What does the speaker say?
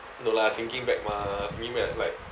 no lah thinking back mah thinking back like